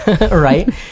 right